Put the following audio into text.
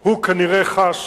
הוא כנראה חש